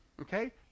Okay